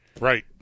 Right